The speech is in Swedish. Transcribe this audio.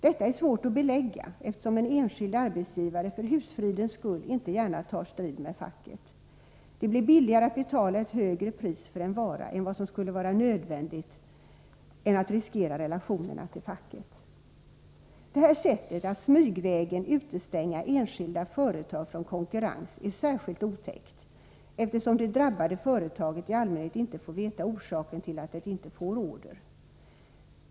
Detta är svårt att belägga, eftersom en enskild arbetsgivare för husfridens skull inte gärna tar strid med facket. Det blir billigare att betala ett högre pris för en vara än vad som skulle vara nödvändigt än att riskera en försämring av relationerna till facket. Det här sättet att smygvägen utestänga enskilda företag från konkurrens är särskilt otäckt, eftersom det drabbade företaget i allmänhet inte får veta orsaken till att man inte får order.